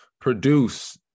produce –